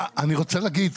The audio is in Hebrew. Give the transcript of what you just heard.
אני רוצה להגיד,